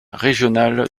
régional